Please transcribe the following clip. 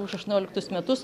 už aštuonioliktus metus